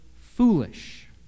foolish